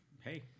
Hey